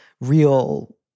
Real